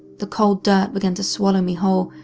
the cold dirt began to swallow me whole,